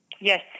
yes